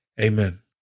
Amen